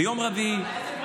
ביום רביעי,